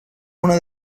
una